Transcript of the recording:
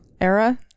Era